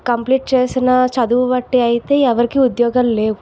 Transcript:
complete చేసిన చదువు బట్టి అయితే ఎవరికి ఉద్యోగాలులేవు